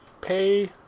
Pay